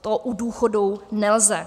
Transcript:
To u důchodů nelze.